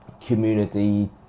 community